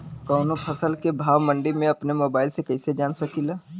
कवनो फसल के भाव मंडी के अपना मोबाइल से कइसे जान सकीला?